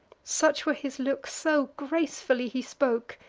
such were his looks, so gracefully he spoke,